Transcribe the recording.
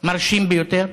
מרשים ביותר.